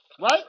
Right